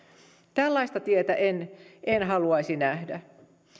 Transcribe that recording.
tällaista tietä en en haluaisi nähdä